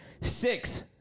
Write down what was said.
six